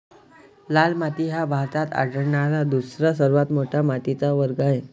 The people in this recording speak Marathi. लाल माती हा भारतात आढळणारा दुसरा सर्वात मोठा मातीचा वर्ग आहे